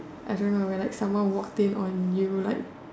I don't know when like someone walked in on you like